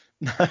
No